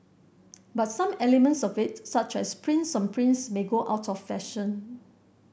but some elements of it such as prints on prints may go out of fashion